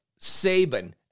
Saban